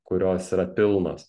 kurios yra pilnos